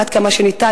עד כמה שניתן,